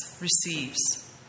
receives